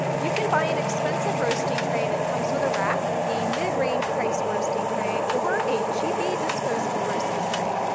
you can buy an expensive roasting tray that comes with a rack, a mid-range priced roasting tray, or a cheapy, disposable roasting tray.